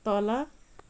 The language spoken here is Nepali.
तल